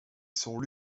sont